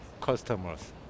customers